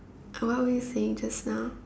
uh what were you saying just now